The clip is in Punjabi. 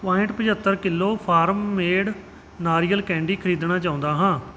ਪੁਆਇੰਟ ਪੰਝੱਤਰ ਕਿਲੋ ਫਾਰਮ ਮੇਡ ਨਾਰੀਅਲ ਕੈਂਡੀ ਖਰੀਦਣਾ ਚਾਹੁੰਦਾ ਹਾਂ